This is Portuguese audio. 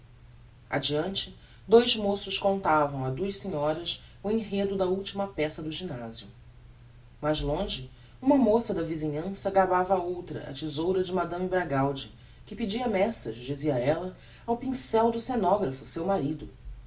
adiante dous moços contavam a duas senhoras o enredo da ultima peça do gymnasio mais longe uma moça da visinhança gabava a outra a tesoura de mme bragaldi que pedia meças dizia ella ao pincel do scenographo seu marido